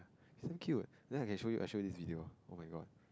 isn't cute and then I can show I show you this video oh-my-god